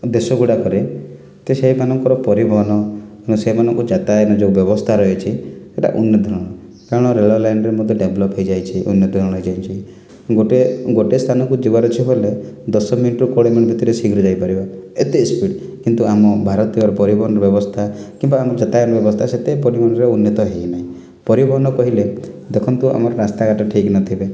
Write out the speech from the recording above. ଦେଶ ଗୁଡ଼ାକରେ ତ ସେମାନଙ୍କର ପରିବହନ ସେମାନଙ୍କ ଯାତାୟତ ଯେଉଁ ବ୍ୟବସ୍ଥା ରହିଛି ସେଟା ଉନ୍ନତଧରଣର କାରଣ ରେଳ ଲାଇନ୍ର ମଧ୍ୟ ଡେଭଲପ୍ ହୋଇଯାଇଛି ଉନ୍ନତଧରଣର ହୋଇଯାଇଛି ଗୋଟେ ଗୋଟେ ସ୍ଥାନକୁ ଯିବାର ଅଛି ବୋଲେ ଦଶମିନିଟ୍ରୁ କୋଡ଼ିଏ ମିନିଟ୍ ଭିତରେ ଶୀଘ୍ର ଯାଇପାରିବା ଏତେ ସ୍ପିଡ଼୍ କିନ୍ତୁ ଆମ ଭାରତର ପରିବହନ ବ୍ୟବସ୍ଥା କିମ୍ବା ଆମ ଯାତାୟତର ବ୍ୟବସ୍ଥା ସେତେ ପରିମାଣର ଉନ୍ନତ ହୋଇନାହିଁ ପରିବହନ କହିଲେ ଦେଖନ୍ତୁ ଆମର ରାସ୍ତାଘାଟ ଠିକ୍ ନଥିଲେ